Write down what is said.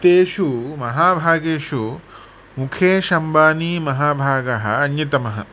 तेषु महाभागेषु मुकेश् अम्बानीमहाभागः अन्यतमः